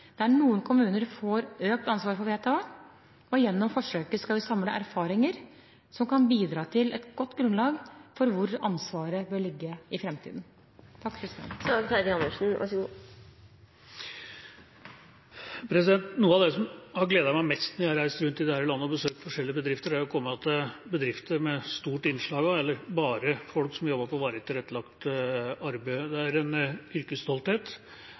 der noen kommuner får økt ansvar for VTA, og gjennom forsøket skal vi samle erfaringer som kan bidra til et godt grunnlag for hvor ansvaret bør ligge i framtiden. Noe av det som har gledet meg mest når jeg har reist rundt i dette landet og besøkt forskjellige bedrifter, er å komme til bedrifter med stort innslag av – eller bare – folk som jobber på varig tilrettelagt arbeid. Det er en yrkesstolthet,